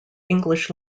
english